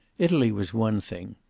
italy was one thing.